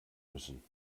müssen